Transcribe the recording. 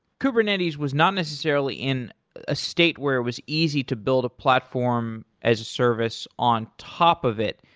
kubernetes was non-necessarily in a state where it was easy to build a platform as a service on top of it.